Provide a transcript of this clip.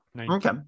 Okay